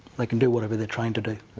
they can do whatever they're trained to do,